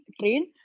train